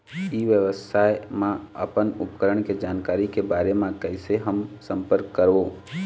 ई व्यवसाय मा अपन उपकरण के जानकारी के बारे मा कैसे हम संपर्क करवो?